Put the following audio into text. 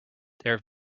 there